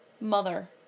mother